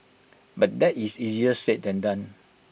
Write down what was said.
but that is easier said than done